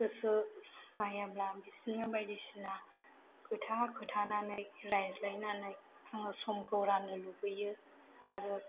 गोसो जायाब्ला बिसोरनो बायदिसिना खोथा खोन्थानानै रायज्लायनानै आङो समखौ राननो लुबैयो आरो